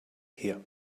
her